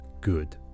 Good